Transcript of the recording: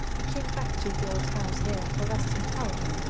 he came back to the old house here for rest and health,